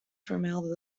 vermelden